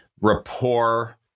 rapport